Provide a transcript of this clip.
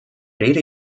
rede